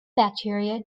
bacteria